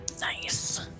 Nice